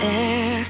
air